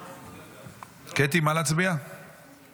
ההצעה להעביר את הנושא לוועדה